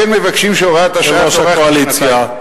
יושב-ראש הקואליציה.